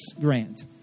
grant